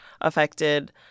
affected